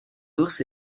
ours